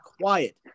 quiet